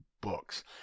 books